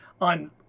on